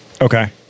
Okay